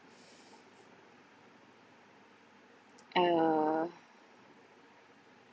uh